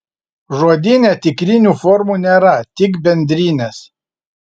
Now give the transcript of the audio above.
žodyne tikrinių formų nėra tik bendrinės